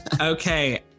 Okay